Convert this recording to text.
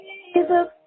Jesus